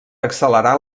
accelerar